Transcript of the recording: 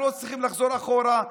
אנחנו לא צריכים לחזור אחורה,